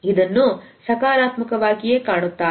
ಇದನ್ನು ಸಕಾರಾತ್ಮಕವಾಗಿಯೇ ಕಾಣುತ್ತಾರೆ